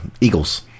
Eagles